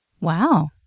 Wow